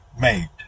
made